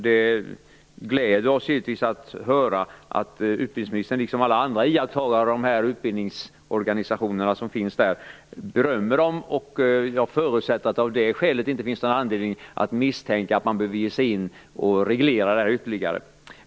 Det gläder oss givetvis att höra att utbildningsministern liksom alla andra iakttagare av de utbildningsorganisationer som finns där berömmer dem. Jag förutsätter att det av det skälet inte finns någon anledning att misstänka att man behöver ge sig in och reglera detta ytterligare.